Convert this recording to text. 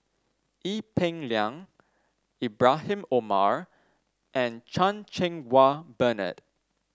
Ee Peng Liang Ibrahim Omar and Chan Cheng Wah Bernard